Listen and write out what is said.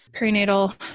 perinatal